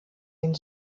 den